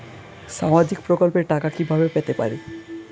সামাজিক প্রকল্পের টাকা কিভাবে পেতে পারি?